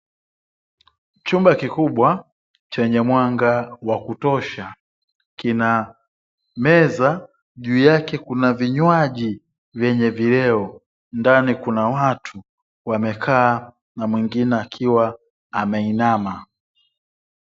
Chumba kikubwa chenye mwanga wa kutosha, kina meza juu yake kuna vinywaji vyenye vileo, ndani kuna watu wamekaa na mwingine akiwa ameinama.